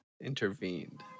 intervened